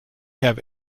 have